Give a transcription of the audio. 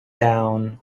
down